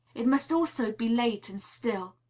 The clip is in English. it must also be late and still.